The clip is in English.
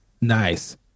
Nice